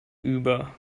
über